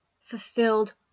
fulfilled